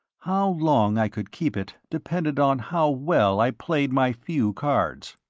how long i could keep it depended on how well i played my few cards.